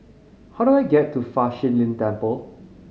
how do I get to Fa Shi Lin Temple